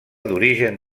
d’origen